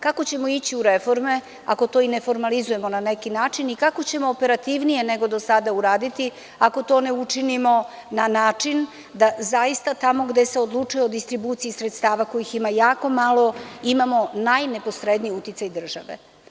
Kako ćemo ići u reforme ako to ne formalizujemo na neki način i kako ćemo operativnije, nego do sada raditi, ako to ne učinimo na način da tamo gde se odlučuje o distribuciji sredstava, kojih ima jako malo, imamo najneposredniji uticaj države?